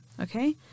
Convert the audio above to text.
okay